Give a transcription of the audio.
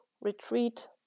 retreat